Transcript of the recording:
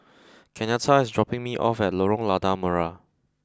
Kenyatta is dropping me off at Lorong Lada Merah